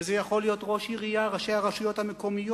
וזה יכול להיות ראש עירייה, ראשי הרשויות המקומיות